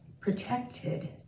protected